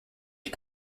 ich